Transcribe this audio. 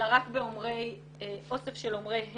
אלא רק באוסף של אומרי הן,